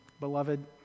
Beloved